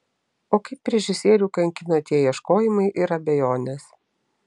o kaip režisierių kankino tie ieškojimai ir abejonės